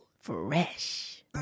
Fresh